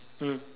mm